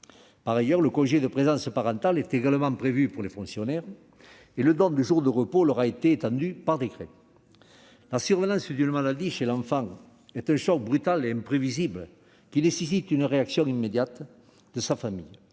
Par ailleurs, le congé de présence parentale est également prévu pour les fonctionnaires et le don de jours de repos leur a été étendu par décret. La survenance d'une maladie chez l'enfant est un choc brutal et imprévisible, qui nécessite une réaction immédiate de sa famille.